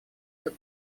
этот